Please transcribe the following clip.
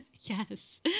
Yes